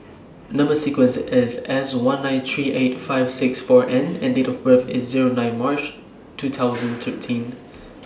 Number sequence IS S one nine three eight five six four N and Date of birth IS Zero nine March two thousand thirteen